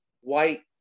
white